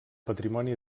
patrimoni